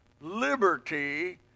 liberty